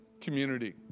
community